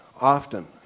often